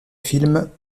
films